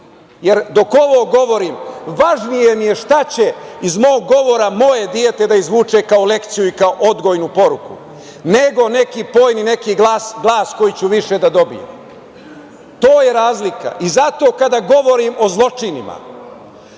jer dok ovo govorim važnije mi šta će iz mog govora moje dete da izvuče kao lekciju i kao odgojnu poruku nego neki poen i neki glas koji ću više da dobijem. To je razlika. Zato, kada govorim o zločinima,